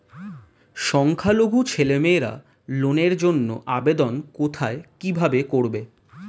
সংখ্যালঘু ছেলেমেয়েরা লোনের জন্য আবেদন কোথায় কিভাবে করবে?